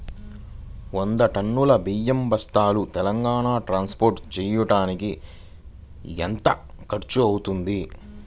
వంద టన్నులు బియ్యం బస్తాలు తెలంగాణ ట్రాస్పోర్ట్ చేయటానికి కి ఎంత ఖర్చు అవుతుంది?